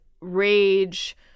rage